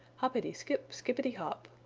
hoppity, skip, skippity hop!